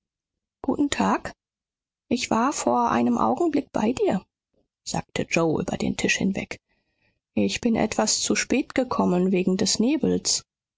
guten tag ich war vor einem augenblick bei dir sagte mr yoe über den tisch hinweg ich bin etwas zu spät gekommen wegen des nebels